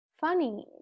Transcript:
Funny